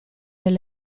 del